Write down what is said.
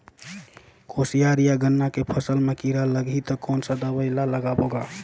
कोशियार या गन्ना के फसल मा कीरा लगही ता कौन सा दवाई ला लगाबो गा?